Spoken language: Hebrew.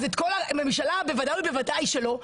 אז את כל הממשלה ודאי שלא.